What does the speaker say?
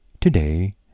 Today